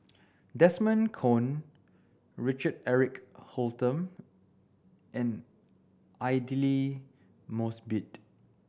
Desmond Kon Richard Eric Holttum and Aidli Mosbit